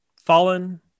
Fallen